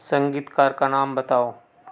संगीतकार का नाम बताओ